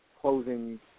closing